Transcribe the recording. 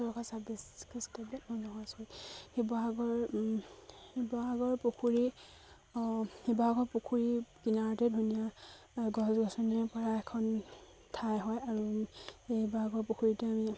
সোতৰশ ছাব্বিছ খৃষ্টাব্দত শিৱসাগৰ শিৱসাগৰ পুখুৰী শিৱসাগৰ পুখুৰী কিনাৰতে ধুনীয়া গছ গছনিৰ পৰা এখন ঠাই হয় আৰু এই শিৱসাগৰ পুখুৰীতে আমি